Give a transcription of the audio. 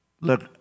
Look